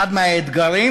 אחד מהאתגרים